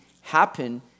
happen